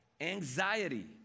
Anxiety